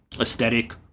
aesthetic